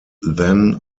then